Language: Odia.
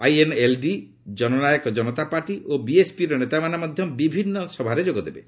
ଆଇଏନ୍ଏଲ୍ଡି କନନାୟକ ଜନତା ପାର୍ଟି ଓ ବିଏସ୍ପିର ନୋତାମାନେ ମଧ୍ୟ ବିଭିନ୍ନ ସଭାରେ ଯୋଗ ଦେବେ